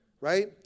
right